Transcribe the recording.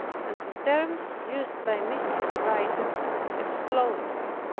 and the terms used by mystic writers exploded.